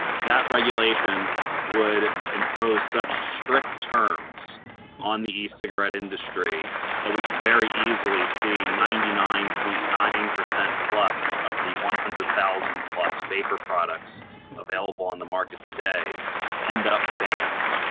that regulation would impose such strict terms on the e-cigarette industry that we could very easily see ninety nine point nine plus of the one hundred thousand plus vaper products available on the market today end up banned.